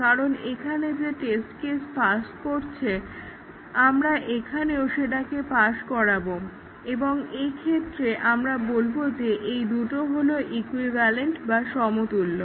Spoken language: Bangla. কারণ এখানে যে টেস্ট কেস পাস করছে আমরা এখানেও সেটাকে পাস করাবো এবং এক্ষেত্রে আমরা বলবো যে এই দুটি হলো ইকুইভ্যালেন্ট বা সমতুল্য